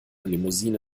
limousine